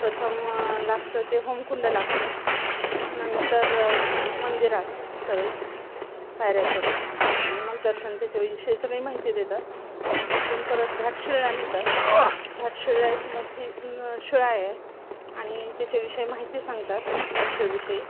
प्रथम लागतं ते होमकुंड लागतं नंतर मंदिरात प्रवेश पायऱ्या चढून आणि मग दर्शन त्याच्याविषयी सगळी माहिती देतात तिथून परत घाटशिळा नेतात घाटशिळा एक मोठी शिळा आहे आणि त्याच्याविषयी माहिती सांगतात घाटशिळेविषयी